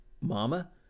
Mama